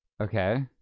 Okay